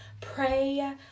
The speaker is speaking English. pray